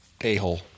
a-hole